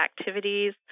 activities